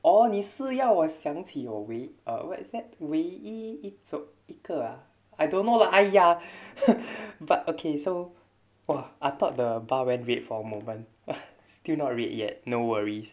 orh 你是要我想起我唯 uh what is that 唯一一种一个 ah I don't know lah !aiya! but okay so !wah! I thought the bar went red for a moment still not red yet no worries